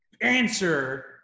answer